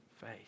faith